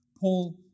Paul